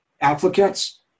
applicants